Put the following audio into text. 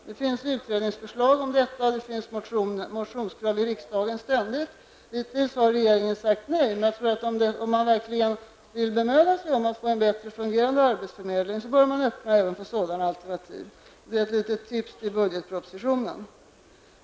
Det finns utredningsförslag om detta, och det finns ständigt motionsförslag om detta i riksdagen. Hittills har regeringen sagt nej. Men jag tror att om man verkligen vill bemöda sig om att få en bättre fungerande arbetsförmedling bör man öppna även för sådana alternativ. Det är ett litet tips till budgetpropositionen.